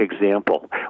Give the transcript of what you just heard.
example